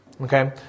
Okay